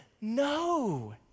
no